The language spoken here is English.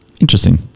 interesting